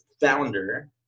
founder